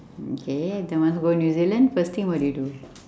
okay then once go new-zealand first thing what do you do